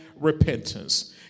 repentance